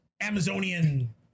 Amazonian